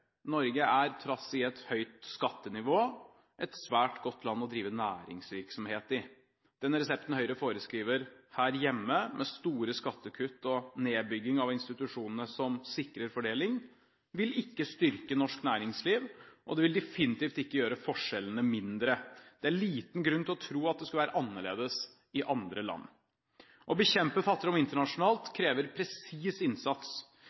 Norge. Norge er, trass i et høyt skattenivå, et svært godt land å drive næringsvirksomhet i. Den resepten Høyre foreskriver her hjemme, med store skattekutt og nedbygging av institusjonene som sikrer fordeling, vil ikke styrke norsk næringsliv, og det vil definitivt ikke gjøre forskjellene mindre. Det er liten grunn til å tro at det skulle være annerledes i andre land. Å bekjempe fattigdom internasjonalt krever presis innsats.